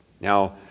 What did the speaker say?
Now